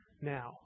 now